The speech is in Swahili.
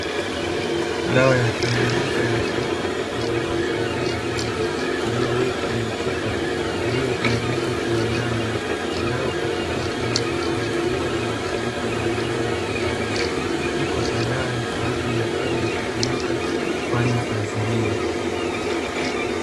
Dawa ya kimiminika ya kuuwa kupe wanaoshambulia ng'ombe, iliyowekwa kwenye chupa iliyotengenezwa kiwandani, inayopatikana kwenye maduka ya kuua viwatilifu vya mimea na wanyama. Iko tayari kwa ajili ya kwenda kutumika kufanya kazi hiyo.